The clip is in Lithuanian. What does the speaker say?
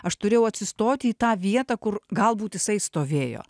aš turėjau atsistoti į tą vietą kur galbūt jisai stovėjo